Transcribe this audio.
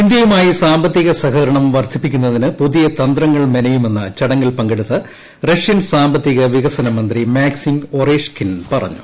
ഇന്തൃയുമായി സാമ്പത്തിക സഹകരണം വർദ്ധിപ്പിക്കുന്നതിന് പുതിയ തന്ത്രങ്ങൾ മെനയുമെന്ന് ചടങ്ങിൽ പങ്കെടുത്ത റഷ്യൻ സാമ്പത്തിക വികസന്ദ മന്ത്രി മാക്സിം ഒറേഷ്കിൻ പറഞ്ഞു